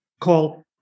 call